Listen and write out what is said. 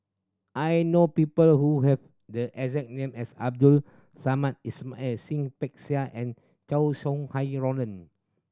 I know people who have the exact name as Abdul Samad and and Chow Sau Hai Roland